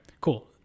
cool